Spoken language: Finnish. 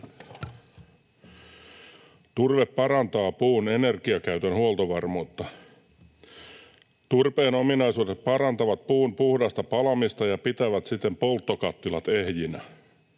Turve parantaa puun energiakäytön huoltovarmuutta. Turpeen ominaisuudet parantavat puun puhdasta palamista ja pitävät siten polttokattilat ehjinä.